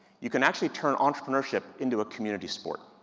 you can actually turn entrepreneurship into a community sport.